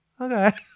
okay